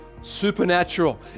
supernatural